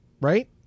Right